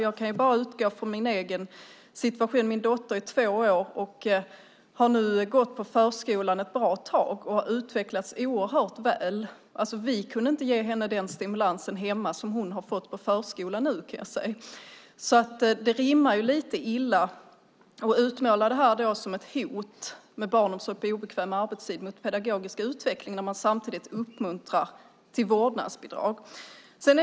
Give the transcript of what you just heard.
Jag kan utgå från min egen situation. Min dotter är två år och har gått på förskolan ett bra tag och utvecklats oerhört väl. Vi kunde inte ge henne den stimulansen hemma som hon har fått på förskolan. Det rimmar lite illa att utmåla barnomsorg på obekväm arbetstid som ett hot mot den pedagogiska utvecklingen när man samtidigt uppmuntrar till vårdnadsbidrag.